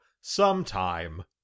Sometime